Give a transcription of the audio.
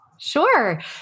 Sure